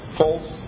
false